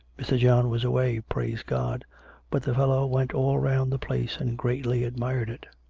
mr. john was away, praise god but the fellow went all round the place and greatly admired it.